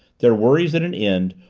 their worries at an end,